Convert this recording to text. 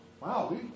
Wow